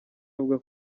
avuga